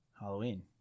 Halloween